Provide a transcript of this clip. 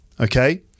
okay